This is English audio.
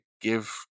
give